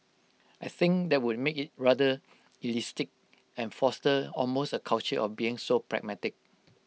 I think that would make IT rather elitist and foster almost A culture of being so pragmatic